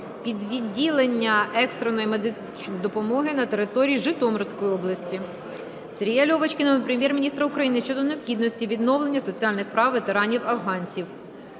під відділення екстреної медичної допомоги на території Житомирської області. Сергія Льовочкіна до Прем'єр-міністра України щодо необхідності відновлення соціальних прав ветеранів-афганців.